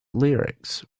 lyrics